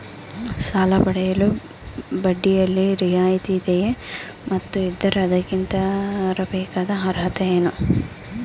ಸಾಲ ಪಡೆಯಲು ಬಡ್ಡಿಯಲ್ಲಿ ರಿಯಾಯಿತಿ ಇದೆಯೇ ಮತ್ತು ಇದ್ದರೆ ಅದಕ್ಕಿರಬೇಕಾದ ಅರ್ಹತೆ ಏನು?